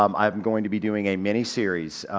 um i'm going to be doing a miniseries,